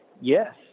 Yes